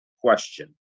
question